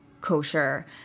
kosher